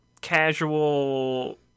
casual